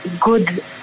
good